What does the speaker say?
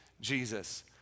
Jesus